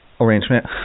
arrangement